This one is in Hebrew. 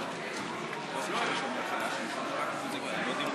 55 קולות בעד ההסתייגות ו-58 קולות נגד